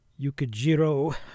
Yukijiro